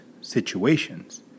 situations